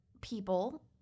people